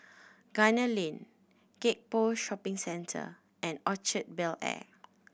Gunner Lane Gek Poh Shopping Centre and Orchard Bel Air